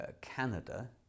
Canada